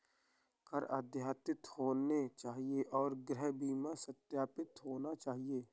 कर अद्यतित होने चाहिए और गृह बीमा सत्यापित होना चाहिए